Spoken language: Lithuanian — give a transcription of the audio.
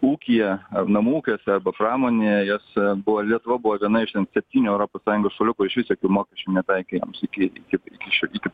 ūkyje ar namų ūkiuose arba pramonėje jos buvo lietuva buvo viena iš ten septynių europos sąjungos šalių kur išvis jokių mokesčių netaikė jiems iki iki čia iki